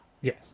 Yes